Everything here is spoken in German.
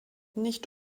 nicht